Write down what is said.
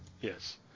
Yes